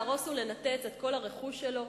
להרוס ולנתץ את כל הרכוש שלו?